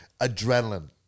Adrenaline